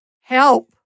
Help